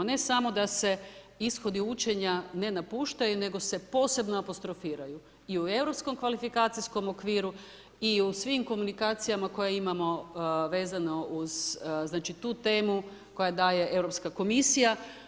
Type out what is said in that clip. Ne samo da se ishodi učenja ne napuštaju, nego se posebno apostrofiraju i u europskom kvalifikacijskom okviru i u svim komunikacijama koje imamo vezano uz znači tu temu koja daje Europska komisija.